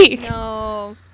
no